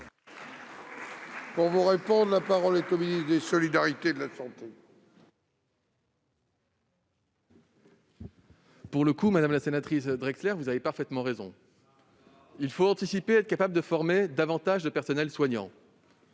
Paris ? La parole est à M. le ministre des solidarités et de la santé. Pour le coup, madame la sénatrice Drexler, vous avez parfaitement raison : il faut anticiper et être capable de former davantage de personnels soignants.